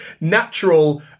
natural